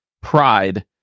pride